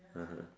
(uh huh)